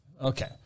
Okay